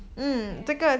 okay